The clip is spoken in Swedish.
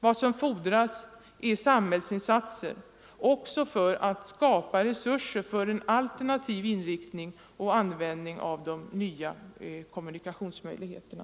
Vad som fordras är samhällsinsatser också för att skapa resurser för en alternativ inriktning och användning av de nya kommunikationsmöjligheterna.